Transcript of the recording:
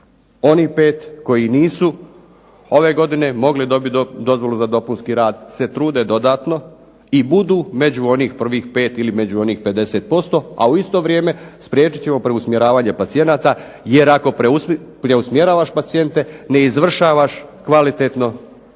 onih pet koji nisu ove godine mogli dobiti dozvolu za dopunski rad se trude dodatno i budu među onih prvih 5 ili među onih 50%, a u isto vrijeme spriječit ćemo preusmjeravanje pacijenata. Jer ako preusmjeravaš pacijente ne izvršavaš kvalitetno svoju